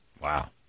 Wow